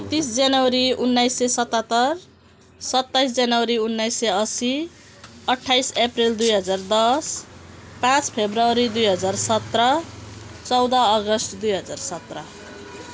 एक्तिस जनवरी उन्नाइस सय सतात्तर सत्ताइस जनवरी उनाइस सय अस्सी अठ्ठाइस अप्रेल दुई हजार दस पाँच फेब्रुअरी दुई हजार सत्र चौध अगस्त दुई हजार सत्र